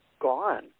gone